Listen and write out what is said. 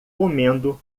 comendo